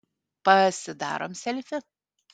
pasidarom selfį